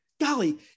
Golly